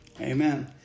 Amen